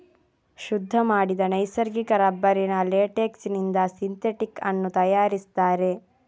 ಶುದ್ಧ ಮಾಡಿದ ನೈಸರ್ಗಿಕ ರಬ್ಬರಿನ ಲೇಟೆಕ್ಸಿನಿಂದ ಸಿಂಥೆಟಿಕ್ ಅನ್ನು ತಯಾರಿಸ್ತಾರೆ